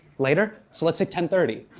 later? so let's say ten thirty,